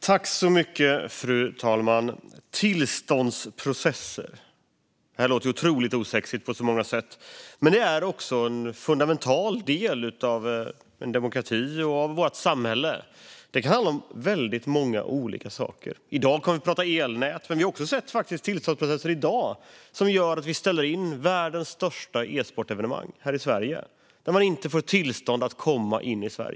Fru talman! Tillståndsprocesser låter ju otroligt osexigt på så många sätt, men det är en fundamental del av en demokrati och av vårt samhälle. Det kan handla om väldigt många olika saker. Nu kommer vi att prata elnät, men i dag har vi också sett tillståndsprocesser som gör att vi ställer in världens största e-sportevenemang här i Sverige då tävlande inte får tillstånd att komma in i landet.